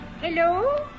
Hello